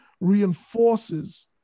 reinforces